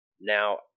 Now